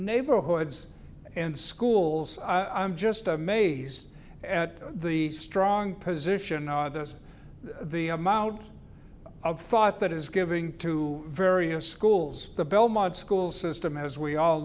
neighborhoods and schools i'm just amazed at the strong position on this the amount of thought that is giving to various schools the belmont school system as we all